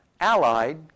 allied